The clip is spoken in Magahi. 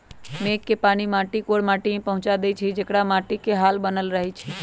मेघ के पानी माटी कोर माटि में पहुँचा देइछइ जेकरा से माटीमे हाल बनल रहै छइ